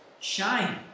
shine